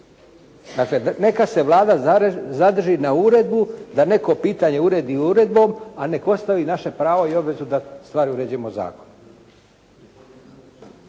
Dakle, neka se Vlada zadrži na uredbu da neko pitanje uredi uredbom, a neka ostavi naše pravo i obvezu da stvari uređujemo zakonom.